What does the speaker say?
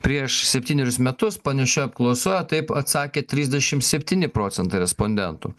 prieš septynerius metus panašioje apklausoje taip atsakė trisdešim septyni procentai respondentų